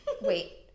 Wait